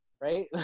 right